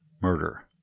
murder